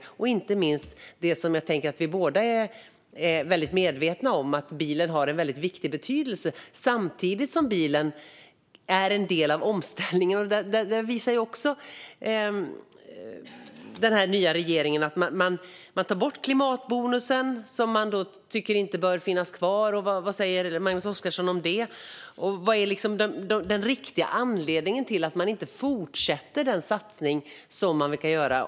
Jag tänker inte minst på det som vi båda är väldigt medvetna om, nämligen att bilen har en väldigt stor betydelse, samtidigt som bilen är en del av omställningen. Den nya regeringen tar också bort klimatbonusen som man inte tycker bör finnas kvar. Vad säger Magnus Oscarsson om det? Vad är den riktiga anledningen till att man inte fortsätter den satsningen, vilket det verkar som?